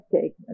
take